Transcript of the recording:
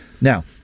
now